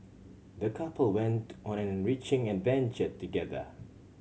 the couple went on an enriching adventure together